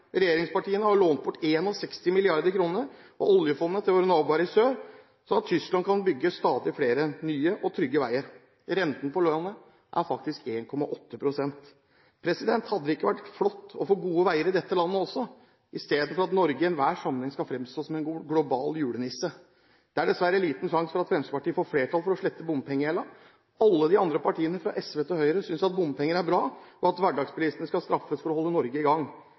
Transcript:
Regjeringspartiene har jo lånt bort 61 mrd. kr av oljefondet til våre naboer i sør, slik at Tyskland kan bygge stadig flere nye og trygge veier. Renten på lånet er faktisk 1,8 pst. Hadde det ikke vært flott å få gode veier i dette landet også, i stedet for at Norge i enhver sammenheng skal fremstå som en global julenisse? Det er dessverre liten sjanse for at Fremskrittspartiet får flertall for å slette bompengegjelden. Alle de andre partiene – fra SV til Høyre – synes at bompenger er bra, og at hverdagsbilistene skal straffes for å holde Norge i gang.